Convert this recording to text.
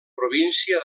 província